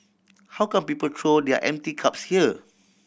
how come people throw their empty cups here